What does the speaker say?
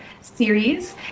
series